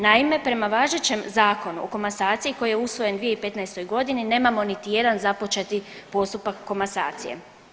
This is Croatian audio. Naime, prema važećem Zakonu o komasaciji koji je usvojen u 2015. godini nemamo niti jedan započeti postupak komasacije.